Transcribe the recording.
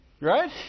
Right